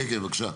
כן, בבקשה.